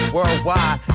Worldwide